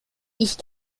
ich